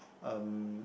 um